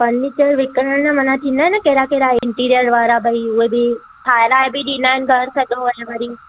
furniture विकिणनि माना थींदा आहिनि न कहिड़ा कहिड़ा इंटरिअर वारा भई हुआ बि ठाहिराए बि ॾींदा आहिनि घरु सॼो वर वरी